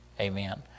Amen